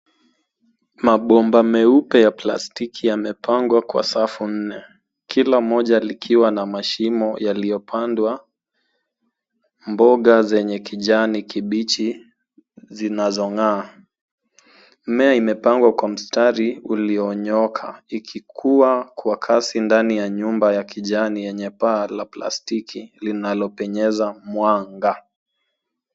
Mabomba meupe ya plastiki yamepangwa kwa safu nne, kila moja likiwa na mashimo yaliyopandwa mboga zenye kijani kibichi zinazong'aa. Mimea imepangwa kwa mistari ulionyooka, ikikuwa kwa kazi ndani ya nyumba ya kijani yenye paa la plastiki linalopenyeza mwanga.